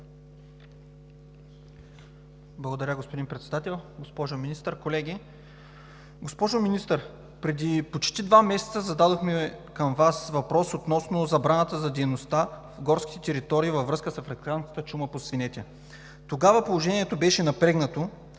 Благодаря, господин Председател. Госпожо Министър, колеги! Госпожо Министър, преди почти два месеца зададохме към Вас въпрос относно забраната за дейността в горските територии във връзка с африканската чума по свинете. Тогава положението беше напрегнато,